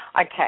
Okay